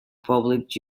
public